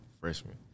freshman